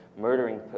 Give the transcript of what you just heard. murdering